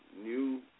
new